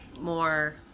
more